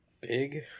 Big